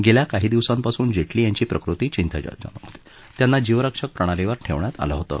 गेल्या काही दिवसांपासून जेटली यांची प्रकृती चिंताजनक होती त्यांना जीवरक्षक प्रणालीवर ठेवण्यात आलं होतं